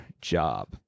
job